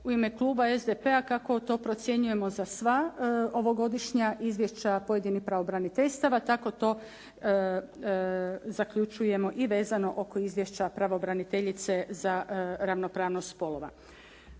u ime kluba SDP-a, kako to procjenjujemo za sva ovogodišnja izvješća pojedinih pravobraniteljstava, tako to zaključujemo i vezano oko izvješća pravobraniteljice za ravnopravnost spolova.